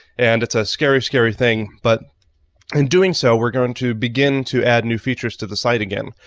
and it's a scary, scary thing. but in doing so, we're going to begin to add new features to the site again.